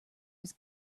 was